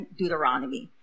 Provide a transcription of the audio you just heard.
Deuteronomy